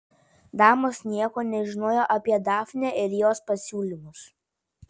damos nieko nežinojo apie dafnę ir jos pasiūlymus